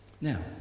Now